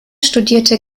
studierte